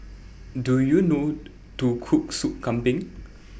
Do YOU know to Cook Soup Kambing